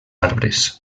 arbres